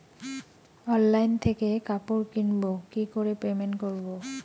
Online থেকে কাপড় কিনবো কি করে পেমেন্ট করবো?